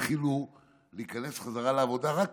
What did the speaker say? התחילו להיכנס חזרה לעבודה רק